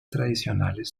tradicionales